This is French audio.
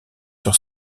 sur